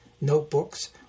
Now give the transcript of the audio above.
notebooks